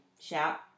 shout